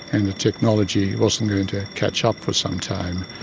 and the technology wasn't going to catch up for some time.